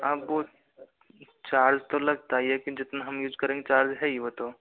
हाँ वो चार्ज तो लगता ही है कि जितना हम यूज़ करेंगे चार्ज है ही वो तो